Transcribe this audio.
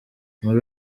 muri